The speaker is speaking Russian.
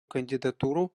кандидатуру